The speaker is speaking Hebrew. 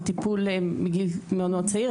הוא בטיפול מגיל מאוד מאוד צעיר,